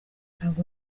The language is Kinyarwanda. ntabwo